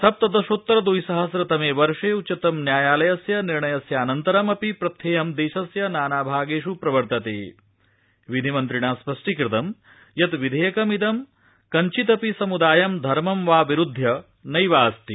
सप्तदशोत्तरद्विसहस्रतमविर्षे उच्चतमन्यायालयस्य निर्णयस्थानन्तर मपि प्रथर्य दिये नानाभागष्ट प्रवर्तत विधिमन्त्रिणा स्पष्टीकृतं यत् विध्यक्तिमिंद कञ्चिदपि समृदायं धर्म वा विरुध्य नैवास्ति